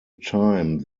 time